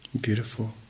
beautiful